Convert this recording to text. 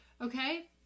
Okay